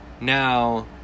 now